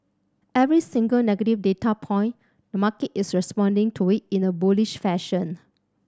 every single negative data point the market is responding to it in a bullish fashion